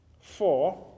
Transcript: Four